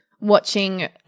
watching